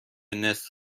نصف